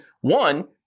one